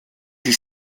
die